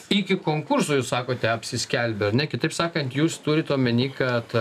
iki konkurso jūs sakote apsiskelbė ar ne kitaip sakant jūs turite omenyje kad